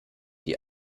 die